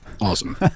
awesome